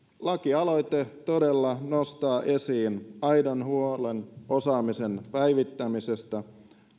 lakialoite todella nostaa esiin aidon huolen osaamisen päivittämisestä